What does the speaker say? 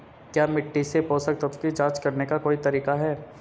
क्या मिट्टी से पोषक तत्व की जांच करने का कोई तरीका है?